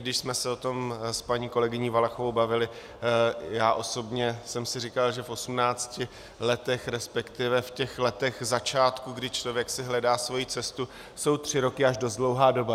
Když jsme se o tom s paní kolegyní Valachovou bavili, já osobně jsem si říkal, že v 18 letech, resp. v těch letech začátku, kdy si člověk hledá svoji cestu, jsou tři roky až dost dlouhá doba.